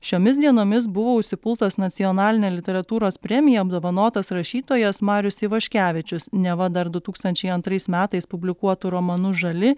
šiomis dienomis buvo užsipultas nacionaline literatūros premija apdovanotas rašytojas marius ivaškevičius neva dar du tūkstančiai antrais metais publikuotu romanu žali